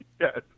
Yes